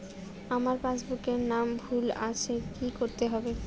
আমার পাসবুকে নাম ভুল আছে কি করতে হবে?